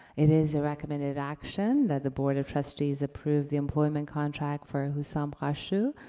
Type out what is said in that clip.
it is a recommended action that the board of trustees approve the employment contract for hussam kashou.